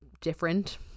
different